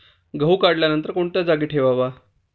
गहू काढल्यानंतर कोणत्या जागी ठेवावा?